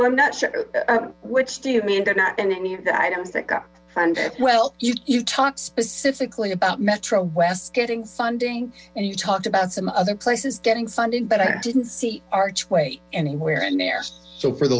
but i'm not sure which do you mean they're not in any of the items that got funded well you talk specific about metro west getting funding and you talked about some other places getting funding but i didn't see archway anywhere in there so for the